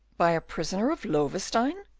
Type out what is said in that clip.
by a prisoner of loewestein?